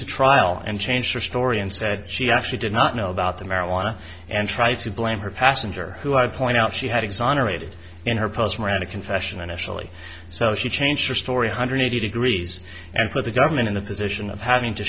to trial and changed her story and said she actually did not know about the marijuana and tried to blame her passenger who i point out she had exonerated in her post miranda confession initially so she changed her story hundred eighty degrees and put the government in the position of having to